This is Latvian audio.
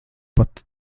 pat